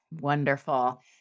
Wonderful